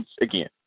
again